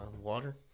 water